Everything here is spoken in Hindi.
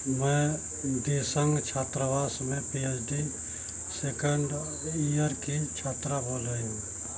मैं दिसंग छात्रावास में P H D second year की छात्रा बोल रही हूँ